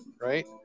right